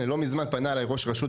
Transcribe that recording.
לא מזמן פנה אליי ראש רשות,